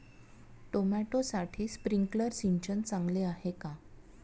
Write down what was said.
टोमॅटोसाठी स्प्रिंकलर सिंचन चांगले आहे का?